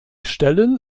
stellen